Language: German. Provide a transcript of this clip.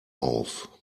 auf